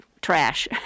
trash